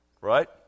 Right